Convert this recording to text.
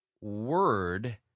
word